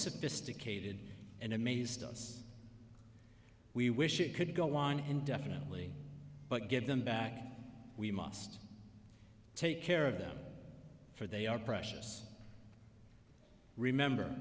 sophisticated and amazed us we wish it could go on indefinitely but give them back we must take care of them for they are precious remember